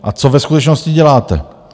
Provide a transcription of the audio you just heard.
A co ve skutečnosti děláte?